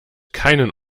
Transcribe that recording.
keinen